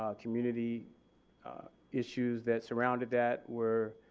um community issues that surrounded that were